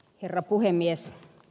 herra puhemies